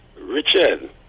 Richard